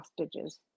hostages